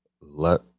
let